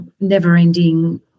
never-ending